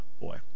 boy